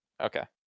Okay